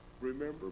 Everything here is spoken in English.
Remember